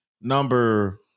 number